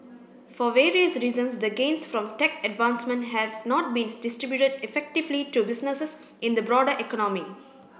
for various reasons the gains from tech advancement have not been distributed effectively to businesses in the broader economy